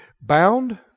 bound